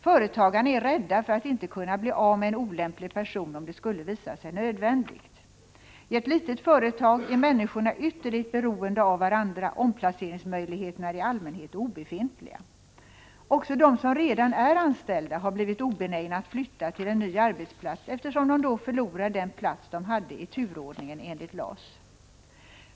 Företagarna är rädda för att inte kunna bli av med en olämplig person om det skulle visa sig nödvändigt. I ett litet företag är människorna ytterligt beroende av varandra. Omplaceringsmöjligheterna är i allmänhet obefintliga. Också de som redan är anställda har blivit obenägna att flytta till en ny arbetsplats eftersom de då förlorar den plats de hade i turordningen enligt LAS.